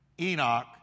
Enoch